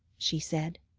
she said.